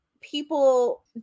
people